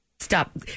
Stop